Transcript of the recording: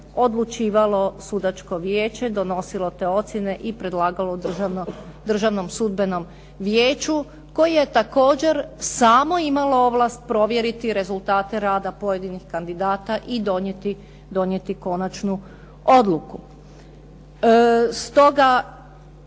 odlučivao Sudačko vijeće donosilo te ocjene i predlagalo Državnom sudbenom vijeću, koje je također samo imalo ovlast provjeriti rezultate rada pojedinih kandidata i donijeti konačnu odluku. Stoga